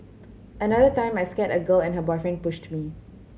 another time I scared a girl and her boyfriend pushed me